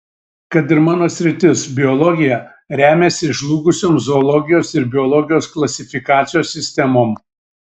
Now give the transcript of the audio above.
kad ir mano sritis biologija remiasi žlugusiom zoologijos ir biologijos klasifikacijos sistemom